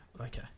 Okay